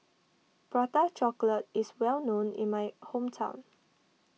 Prata Chocolate is well known in my hometown